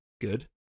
Good